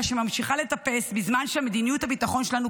שממשיכה לטפס בזמן שמדיניות הביטחון שלנו,